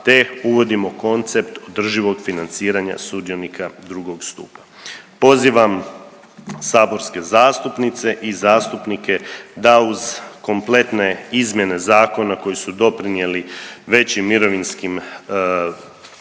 te uvodimo koncept održivog financiranja sudionika II. stupa. Pozivam saborske zastupnice i zastupnike da uz kompletne izmjene zakona koji su doprinijeli većim mirovinskim primanjima